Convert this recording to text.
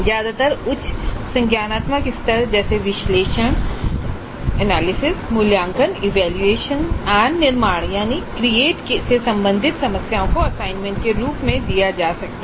ज्यादातर उच्च संज्ञानात्मक स्तर जैसे विश्लेषण मूल्यांकन और निर्माण से सम्बन्धित समस्याओ को असाइनमेंट के रूप में दिया जा सकता है